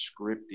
scripted